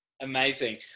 amazing